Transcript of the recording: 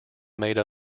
made